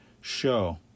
show